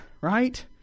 right